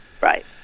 Right